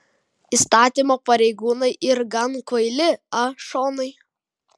įstatymo pareigūnai yr gan kvaili a šonai